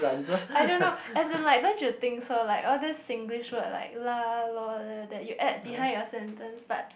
I don't know as in like don't you think so like all those Singlish words like lah loh all that you add behind your sentence but